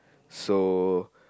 so